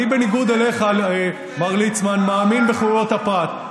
אני, בניגוד אליך, מר ליצמן, מאמין בחירויות הפרט.